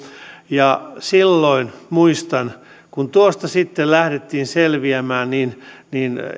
silloin muistan kun tuosta sitten lähdettiin selviämään että